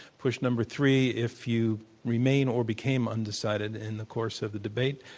push number three if you remain or became undecided in the course of the debate.